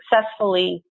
successfully